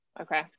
Okay